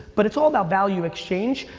but it's all about value exchange.